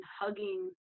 hugging